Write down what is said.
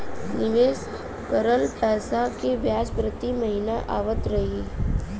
निवेश करल पैसा के ब्याज प्रति महीना आवत रही?